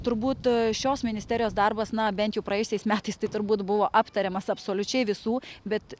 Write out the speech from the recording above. turbūt šios ministerijos darbas na bent jau praėjusiais metais tai turbūt buvo aptariamas absoliučiai visų bet